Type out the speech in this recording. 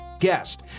guest